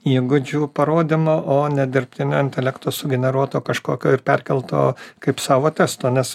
įgūdžių parodymo o ne dirbtinio intelekto sugeneruoto kažkokio ir perkelto kaip savo testo nes